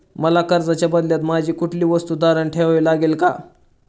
मला कर्जाच्या बदल्यात माझी कुठली वस्तू तारण ठेवावी लागेल का?